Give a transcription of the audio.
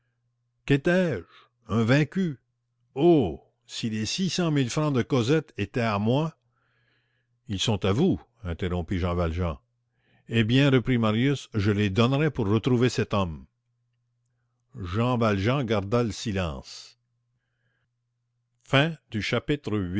quétais je un vaincu oh si les six cent mille francs de cosette étaient à moi ils sont à vous interrompit jean valjean eh bien reprit marius je les donnerais pour retrouver cet homme jean valjean garda le silence